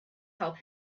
help